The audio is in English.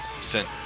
sent